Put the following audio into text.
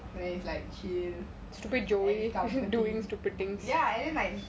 then it's like chill ya then like